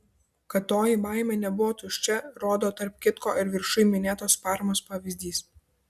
kad toji baimė nebuvo tuščia rodo tarp kitko ir viršuj minėtos parmos pavyzdys